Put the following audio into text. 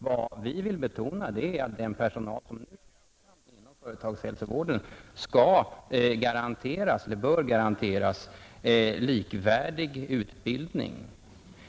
Vad vi vill betona är att den personal som nu är verksam inom företagshälso vården bör garanteras likvärdig utbildning.